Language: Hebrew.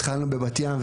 התחלנו בבת ים,